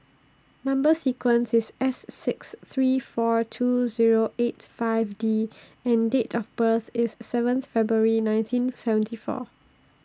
Number sequence IS S six three four two Zero eight five D and Date of birth IS seven February nineteen seventy four